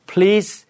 Please